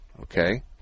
okay